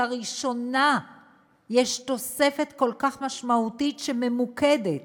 לראשונה יש תוספת כל כך משמעותית שממוקדת